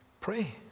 Pray